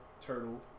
Turtle